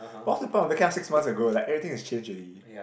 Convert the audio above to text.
what's the point of backing up six months ago like everything is changed already